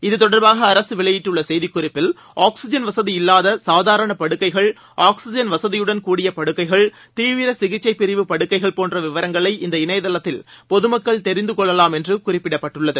இது தொடர்பாக அரசு வெளியிட்டுள்ள செய்திக்குறிப்பில் ஆக்ஸிஜன் வசதி இல்லாத சாதாரண படுக்கைகள் ஆக்ஸிஜன் வசதியுடன் கூடிய படுக்கைகள் தீவிர சிகிச்சைப் பிரிவு படுக்கைகள் போன்ற விவரங்களை இந்த இணையதளத்தில் பொது மக்கள் தெரிந்து கொள்ளவாம் என்று குறிப்பிடப்பட்டுள்ளது